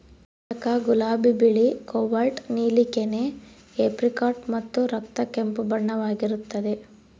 ನೀಲಕ ಗುಲಾಬಿ ಬಿಳಿ ಕೋಬಾಲ್ಟ್ ನೀಲಿ ಕೆನೆ ಏಪ್ರಿಕಾಟ್ ಮತ್ತು ರಕ್ತ ಕೆಂಪು ಬಣ್ಣವಾಗಿರುತ್ತದೆ